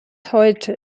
heute